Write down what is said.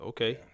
Okay